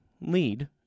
lead